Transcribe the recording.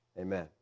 Amen